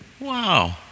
Wow